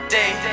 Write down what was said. day